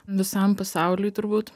visam pasauliui turbūt